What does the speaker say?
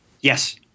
Yes